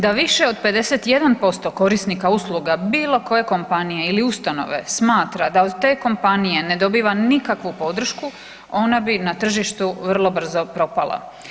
Da više od 51% korisnika usluga bilo koje kompanije ili ustanove smatra da od te kompanije ne dobiva nikakvu podršku, ona bi na tržištu vrlo brzo propala.